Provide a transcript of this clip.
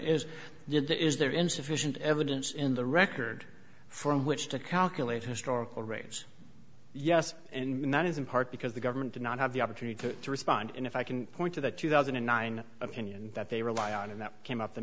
the is there insufficient evidence in the record from which to calculate historical rates yes and that is in part because the government did not have the opportunity to respond and if i can point to the two thousand and nine opinion that they rely on and that came up to